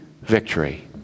victory